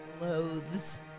loathes